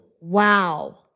Wow